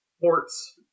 ports